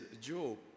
job